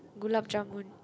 gulab-jamun